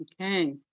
Okay